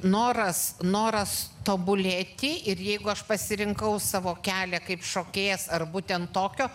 noras noras tobulėti ir jeigu aš pasirinkau savo kelią kaip šokėjas ar būtent tokio